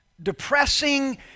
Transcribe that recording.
depressing